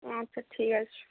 আচ্ছা ঠিক আছে